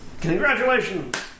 Congratulations